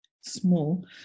small